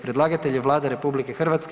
Predlagatelj je Vlada RH.